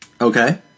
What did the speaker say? Okay